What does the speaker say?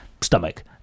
stomach